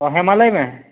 ᱦᱮᱸᱢᱟ ᱞᱟᱹᱭ ᱢᱮ